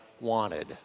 wanted